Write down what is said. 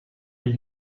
elle